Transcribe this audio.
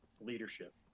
leadership